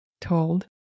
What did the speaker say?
told